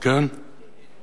יש